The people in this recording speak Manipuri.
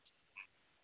ꯎꯝ